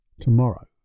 tomorrow